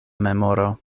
memoro